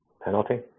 Penalty